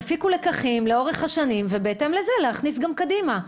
תפיקו לקחים לאורך השנים ובהתאם לזה תכניסו גם קדימה.